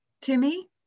Timmy